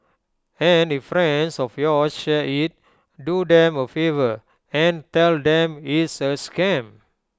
and if friends of yours share IT do them A favour and tell them it's A scam